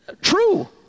true